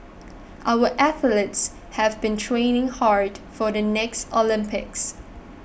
our athletes have been training hard for the next Olympics